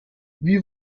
wie